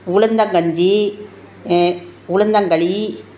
உளுந்தங்கஞ்சி உளுந்தங்களி